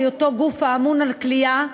בהיותו גוף האמון על כליאה,